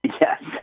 Yes